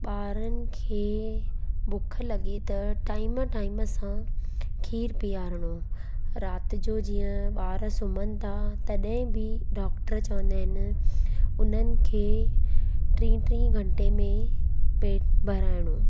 ॿारनि खे बुख लॻे त टाइम टाइम सां खीरु पीआरणो राति जो जीअं ॿार सुम्हनि ता तॾहिं डॉक्टर चवंदा आहिनि कि उन्हनि खे टी टी घंटे में पेट भराइणो